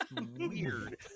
weird